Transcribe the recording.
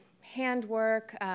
handwork